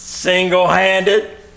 Single-handed